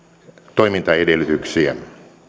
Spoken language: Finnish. toimintaedellytyksiä